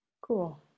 cool